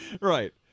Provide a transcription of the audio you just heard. right